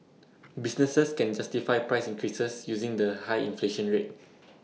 businesses can justify price increases using the high inflation rate